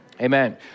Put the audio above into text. Amen